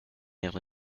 ihren